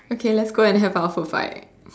okay let's go and have our food bye